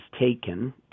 taken